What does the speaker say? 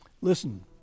Listen